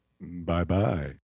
bye-bye